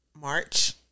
March